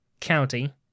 county